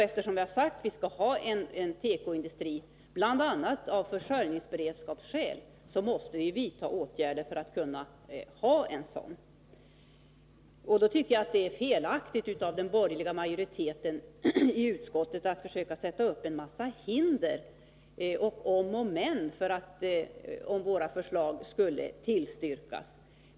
Eftersom vi har sagt att vi skall ha en tekoindustri bl.a. av försörjningsberedskapsskäl, måste vi vidta åtgärder för att kunna behålla en sådan. Då tycker jag att det är felaktigt av den borgerliga majoriteten i utskottet att försöka sätta upp en massa hinder och om och men, om våra förslag skulle tillstyrkas.